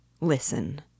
Listen